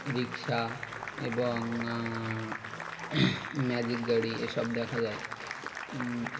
রিক্সা এবং ম্যাজিক গাড়ি এসব দেখা যায়